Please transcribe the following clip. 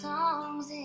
Songs